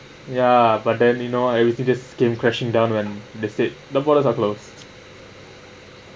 ya but then you know everything just came crashing down when they sat the borders are closed